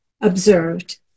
observed